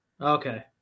Okay